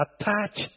attach